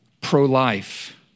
pro-life